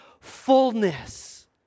fullness